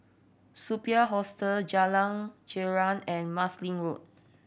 Superb Hostel Jalan Girang and Marsiling Road